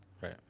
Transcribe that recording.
Right